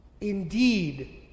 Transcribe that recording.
Indeed